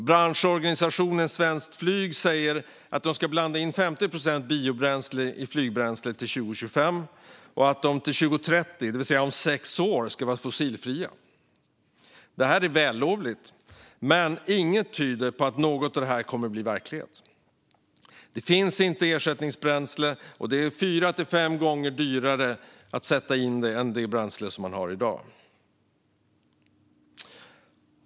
Branschorganisationen Svenskt Flyg säger att man kommer att blanda in 50 procent biobränsle i flygbränslet till 2025 och att man till 2030, det vill säga om sex år, ska vara fossilfri. Det är vällovligt, men inget tyder på att något av detta kommer att bli verklighet. Det finns inte ersättningsbränsle, och det är fyra till fem gånger dyrare att tillsätta det än att använda det bränsle man har i dag.